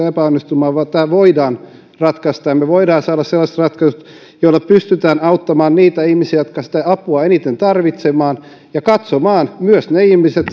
epäonnistumaan vaan tämä voidaan ratkaista ja me voimme saada sellaiset ratkaisut joilla pystytään auttamaan niitä ihmisiä jotka sitä apua eniten tarvitsevat ja pystytään katsomaan siitä joukosta myös ne ihmiset